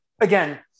again